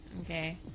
Okay